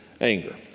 anger